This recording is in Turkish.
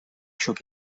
şok